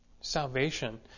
salvation